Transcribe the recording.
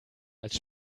als